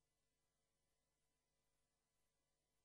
ממשלה